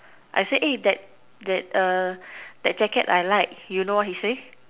I said that that that jacket I like you know what he say